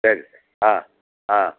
ಸರಿ ಸರ್ ಹಾಂ ಹಾಂ